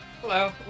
Hello